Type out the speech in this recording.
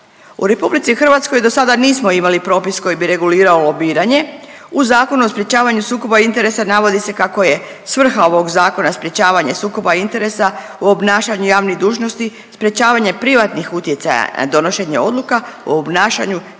U RH dosada nismo imali propis koji bi regulirao lobiranje. U Zakonu o sprječavanju sukoba interesa navodi se kako je svrha ovog zakona sprječavanje sukoba interesa u obnašanju javnih dužnosti, sprječavanje privatnih utjecaja na donošenje odluka u obnašanju